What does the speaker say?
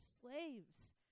slaves